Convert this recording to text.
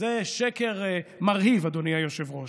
זה שקר מרהיב, אדוני היושב-ראש.